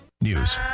News